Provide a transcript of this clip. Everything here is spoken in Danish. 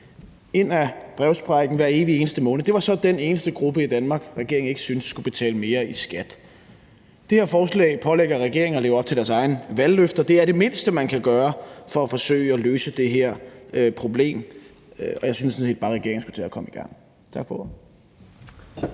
ind ad brevsprækken hver evig eneste måned. Det var så den eneste gruppe i Danmark, regeringen ikke syntes skulle betale mere i skat. Det her forslag pålægger regeringen at leve op til sine egne valgløfter, og det er det mindste, man kan gøre for at forsøge at løse det her problem, og jeg synes sådan set bare, at regeringen skulle tage at komme i gang. Tak for